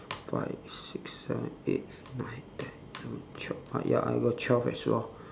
five six seven eight nine ten eleven twelve ah ya I got twelve as well